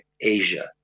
Asia